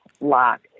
lock